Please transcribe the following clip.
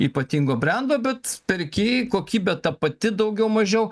ypatingo brendo bet perki kokybė ta pati daugiau mažiau